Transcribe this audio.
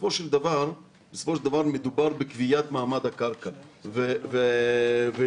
בסופו של דבר מדובר בקביעת מעמד הקרקע ולא